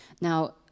Now